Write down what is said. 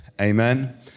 Amen